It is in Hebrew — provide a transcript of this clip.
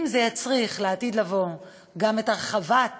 אם זה יצריך לעתיד לבוא גם את הגדלת